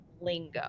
lingo